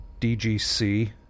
DGC